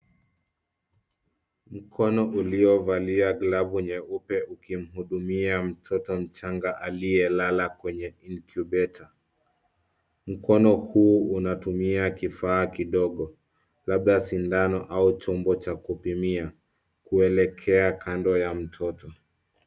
Mkono uliovalia glavu nyeupe ukimhudumia mtoto mchanga aliyelala kwenye incubator . Mkono huu unatumia kifaa kidogo, labda sindano au chombo cha kupimia, kuelekea kando ya mtoto.